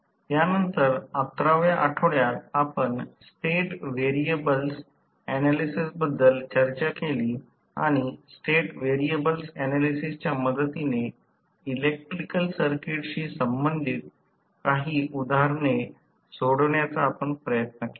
त्यानंतर 11 व्या आठवड्यात आपण स्टेट व्हेरिएबल्स ऍनालिसिस बद्दल चर्चा केली आणि स्टेट व्हेरिएबल्स ऍनालिसिसच्या मदतीने इलेक्ट्रिकल सर्किटशी संबंधित काही उदाहरणे सोडवण्याचा आपण प्रयत्न केला